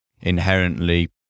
inherently